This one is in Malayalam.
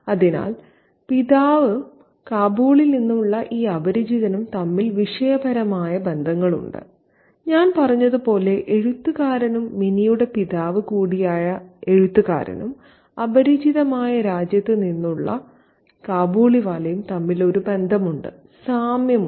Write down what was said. അതിനാൽ പിതാവും കാബൂളിൽ നിന്നുള്ള ഈ അപരിചിതനും തമ്മിൽ വിഷയപരമായ ബന്ധങ്ങളുണ്ട് ഞാൻ പറഞ്ഞതുപോലെ എഴുത്തുകാരനും മിനിയുടെ പിതാവ് കൂടിയായ എഴുത്തുകാരനും അപരിചിതമായ രാജ്യത്ത് നിന്നുള്ള കാബൂളിവാലയും തമ്മിൽ ഒരു ബന്ധമുണ്ട് സാമ്യമുണ്ട്